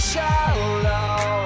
Shallow